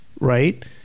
right